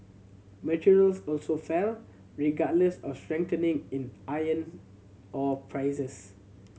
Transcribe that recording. materials also fell regardless of a strengthening in iron ore prices